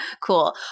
Cool